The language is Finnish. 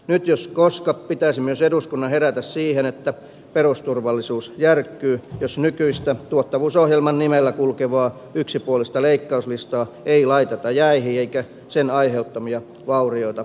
nyt jos koska pitäisi myös eduskunnan herätä siihen että perusturvallisuus järkkyy jos nykyistä tuottavuusohjelman nimellä kulkevaa yksipuolista leikkauslistaa ei laiteta jäihin eikä sen aiheuttamia vaurioita aleta korjata